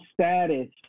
status